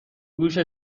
گوش